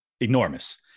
enormous